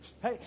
hey